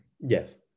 yes